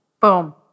Boom